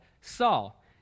Saul